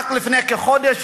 רק לפני כחודש,